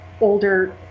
older